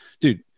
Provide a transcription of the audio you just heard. Dude